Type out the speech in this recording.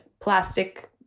plastic